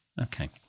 Okay